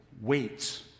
waits